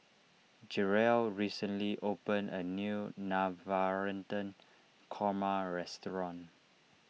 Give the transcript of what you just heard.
Jerel recently opened a new Navratan Korma restaurant